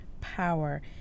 power